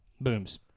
booms